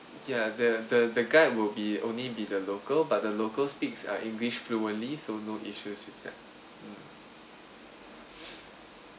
ya the the the guide will be only be the local but the local speaks english fluently so no issues with that